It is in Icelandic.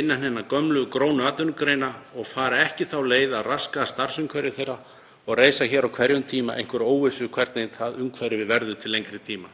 innan hinna gömlu, grónu atvinnugreina og fara ekki þá leið að raska starfsumhverfi þeirra og reisa hér á hverjum tíma einhverja óvissu um hvernig umhverfið verður til lengri tíma.